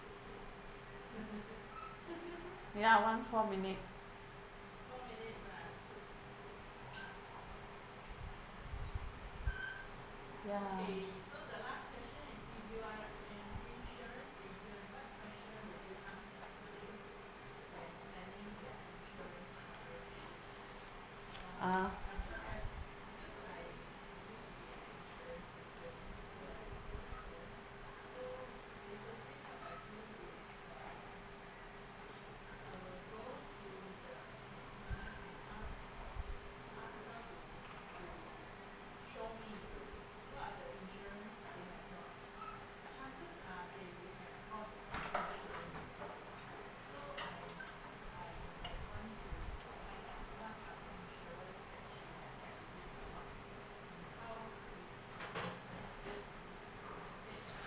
ya one four minute ya ah